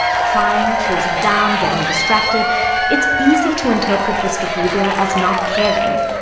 crying, closing down, getting distracted it's easy to interpret this behavior as not caring,